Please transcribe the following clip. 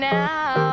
now